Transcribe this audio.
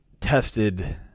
tested